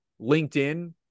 LinkedIn